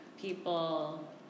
people